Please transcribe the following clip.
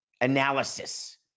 analysis